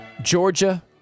Georgia